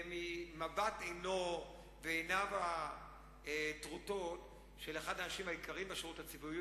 וממבט בעיניו הטרוטות של אחד האנשים היקרים בשירות הציבורי,